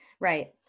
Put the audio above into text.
Right